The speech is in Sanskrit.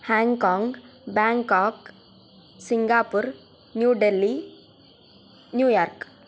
Hong Kong Bangkok Singapore New Delhi New York